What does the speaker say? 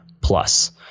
plus